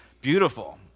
beautiful